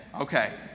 okay